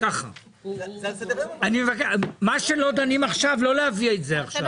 מה שלא דנים עכשיו, לא להביא את זה עכשיו.